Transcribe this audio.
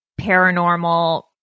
paranormal